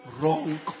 wrong